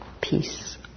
peace